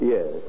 Yes